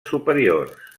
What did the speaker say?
superiors